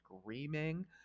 screaming